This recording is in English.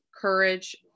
courage